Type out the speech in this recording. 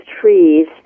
trees